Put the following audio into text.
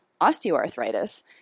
osteoarthritis